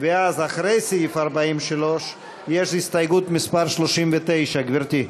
ואז, אחרי סעיף 43 יש הסתייגות מס' 39, גברתי.